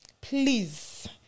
Please